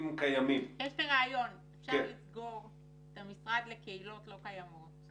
הוא היה נכון בדוח המבקר מלפני כמעט 10